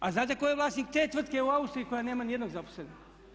A znate tko je vlasnik te tvrtke u Austriji koja nema niti jednog zaposlenog?